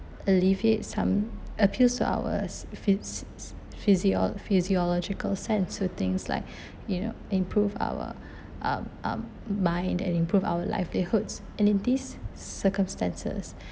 alleviate some appeals to ours phy~ physiol~ physiological sense to things like you know improve our um um mind and improve our livelihoods and in these circumstances